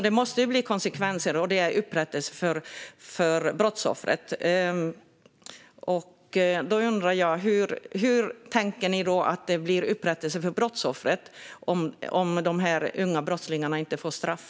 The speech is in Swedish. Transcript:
Det måste bli konsekvenser, och brottsoffret måste få upprättelse. Hur tänker ni att brottsoffret ska få upprättelse om dessa unga brottslingar inte får straff?